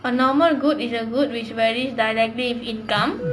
a normal good is a good which varies directly with income